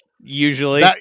Usually